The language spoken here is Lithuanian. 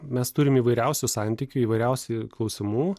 mes turim įvairiausių santykių įvairiausių klausimų